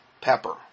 pepper